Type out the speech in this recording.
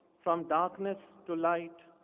from darkness to light,